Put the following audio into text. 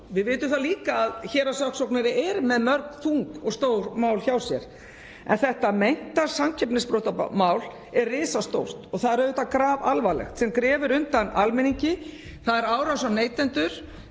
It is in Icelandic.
Við vitum líka að héraðssaksóknari er með mörg þung og stór mál hjá sér en þetta meinta samkeppnisbrotamál er risastórt og það er auðvitað grafalvarlegt, sem grefur undan almenningi. Það er árás á neytendur.